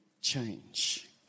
change